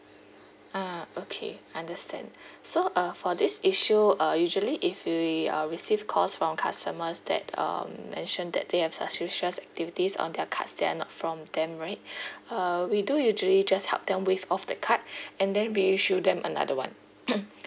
ah okay understand so uh for this issue uh usually if we uh receive calls from customers that um mention that they have suspicious activities on their cards that are not from them right uh we do usually just help them waive off the card and then we issue them another one